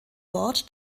bord